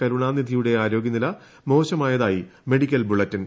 കരുണാനിധിയുടെ ആരോഗ്യനില മോശമായതായി മെഡിക്കൽ ബുള്ളറ്റിൻ